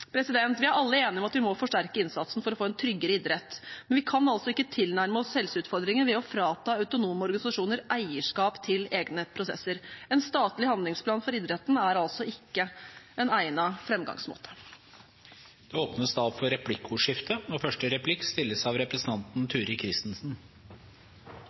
Vi er alle enige om at vi må forsterke innsatsen for å få en tryggere idrett, men vi kan altså ikke tilnærme oss helseutfordringer ved å frata autonome organisasjoner eierskap til egne prosesser. En statlig handlingsplan for idretten er altså ikke en egnet framgangsmåte Det blir replikkordskifte. Jeg har veldig stor respekt for at noen sektorer har stor grad av